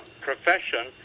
profession